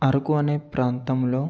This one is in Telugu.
అరకు అనే ప్రాంతంలో